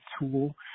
tool